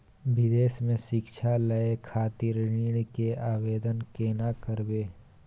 विदेश से शिक्षा लय खातिर ऋण के आवदेन केना करबे?